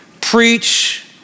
preach